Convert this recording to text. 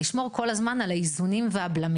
כדי לשמור כל הזמן על האיזונים והבלמים.